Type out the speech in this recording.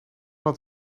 dat